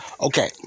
Okay